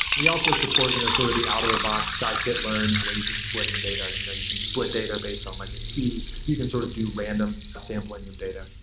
we also support you know sort of the out of the box scikit-learn ways of splitting data. you know you can split data based on like a key you can sort of do random sampling of data,